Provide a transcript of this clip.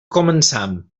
comencem